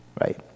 right